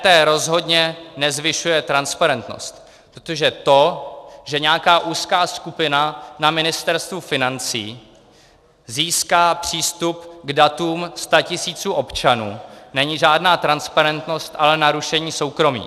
EET rozhodně nezvyšuje transparentnost, protože to, že nějaká úzká skupina na Ministerstvu financí získá přístup k datům statisíců občanů, není žádná transparentnost, ale narušení soukromí.